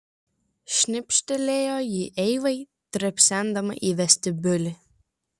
šnipštelėjo ji eivai trepsendama į vestibiulį